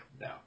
No